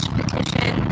petition